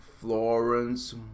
Florence